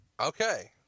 okay